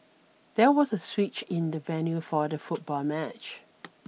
there was a switch in the venue for the football match